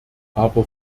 aber